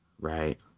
right